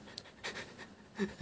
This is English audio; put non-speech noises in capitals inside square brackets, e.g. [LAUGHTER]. [LAUGHS]